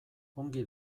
ongi